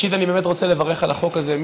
ראשית, אני באמת רוצה לברך על החוק הזה.